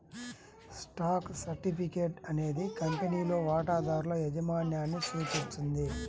stock certificate అనేది కంపెనీలో వాటాదారుల యాజమాన్యాన్ని సూచిస్తుంది